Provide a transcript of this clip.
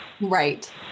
Right